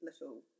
little